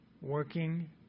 working